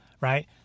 Right